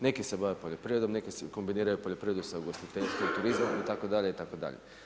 Neki se bave poljoprivredom, neki kombiniraju poljoprivredu sa ugostiteljstvom, turizmom itd. itd.